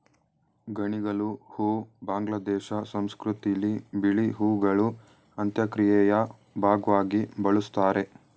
ಗಣಿಗಲು ಹೂ ಬಾಂಗ್ಲಾದೇಶ ಸಂಸ್ಕೃತಿಲಿ ಬಿಳಿ ಹೂಗಳು ಅಂತ್ಯಕ್ರಿಯೆಯ ಭಾಗ್ವಾಗಿ ಬಳುಸ್ತಾರೆ